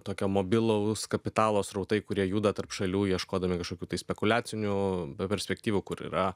tokio mobilaus kapitalo srautai kurie juda tarp šalių ieškodami kažkokių tai spekuliacinių perspektyvų kur yra